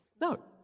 No